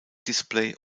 display